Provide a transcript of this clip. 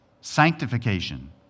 sanctification